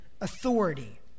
authority